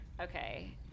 okay